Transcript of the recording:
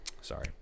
Sorry